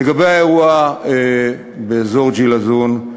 לגבי האירוע באזור ג'לזון,